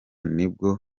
nibwo